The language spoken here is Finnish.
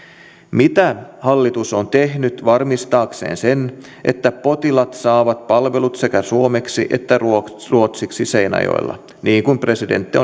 mitä hallitus on tehnyt varmistaakseen sen että potilaat saavat palvelut sekä suomeksi että ruotsiksi seinäjoella niin kuin presidentti